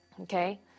Okay